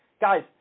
Guys